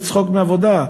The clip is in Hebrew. זה צחוק מהעבודה,